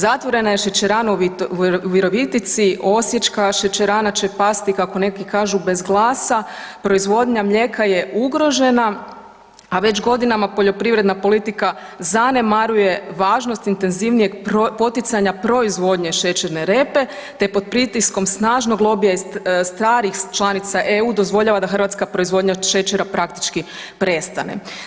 Zatvorena je šećerana u Virovitici, Osječka šećerana će pasti kako neki kažu bez glasa, proizvodnja mlijeka je ugrožena, a već godinama poljoprivredna politika zanemaruje važnost intenzivnijeg poticanja proizvodnje šećerne repe te pod pritiskom snažnog lobija iz starih članica EU dozvoljava da hrvatska proizvodnja šećera praktički prestane.